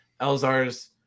Elzar's